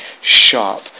sharp